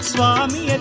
Swami